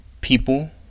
people